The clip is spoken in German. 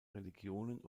religionen